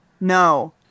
no